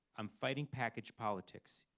i'm fighting package politics.